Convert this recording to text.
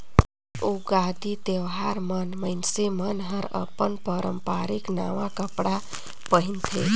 उगादी तिहार मन मइनसे मन हर अपन पारंपरिक नवा कपड़ा पहिनथे